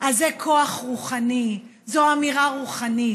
אז זה כוח רוחני, זו אמירה רוחנית.